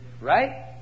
Right